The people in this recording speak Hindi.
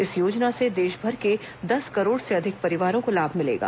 इस योजना से देशभर के दस करोड़ से अधिक परिवारों को लाभ मिलेगा